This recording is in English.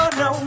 no